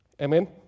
Amen